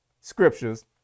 scriptures